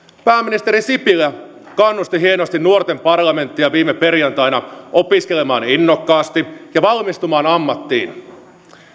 pääministeri sipilä kannusti hienosti nuorten parlamenttia viime perjantaina opiskelemaan innokkaasti ja valmistumaan ammattiin